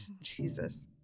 Jesus